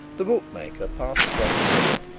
the bookmaker passed across the hall,